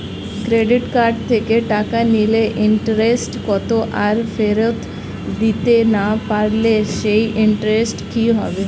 Credit card থেকে টাকা নিলে ইন্টারেস্ট কত আর ফেরত দিতে না পারলে সেই ইন্টারেস্ট কি হবে?